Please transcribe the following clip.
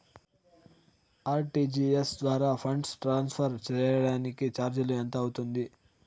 RTGS ద్వారా funds transfer సేయడానికి చార్జీలు ఎంత అవుతుంది